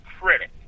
critic